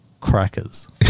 crackers